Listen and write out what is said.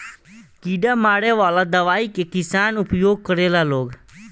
कीड़ा मारे वाला दवाई के किसान उपयोग करेला लोग